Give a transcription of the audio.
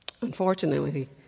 Unfortunately